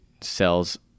sells